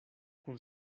kun